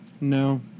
No